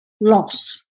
loss